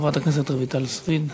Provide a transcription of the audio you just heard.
חברת הכנסת רויטל סויד,